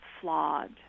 flawed